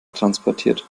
transportiert